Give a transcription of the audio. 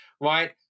right